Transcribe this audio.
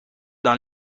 dans